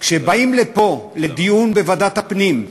כשבאים לפה, לדיון בוועדת הפנים,